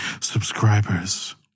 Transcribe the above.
subscribers